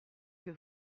que